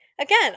again